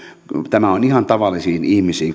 tämä on ihan tavallisiin ihmisiin